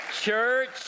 church